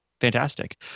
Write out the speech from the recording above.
fantastic